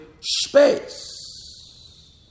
space